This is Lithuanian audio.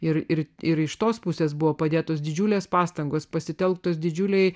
ir ir ir iš tos pusės buvo padėtos didžiulės pastangos pasitelktos didžiuliai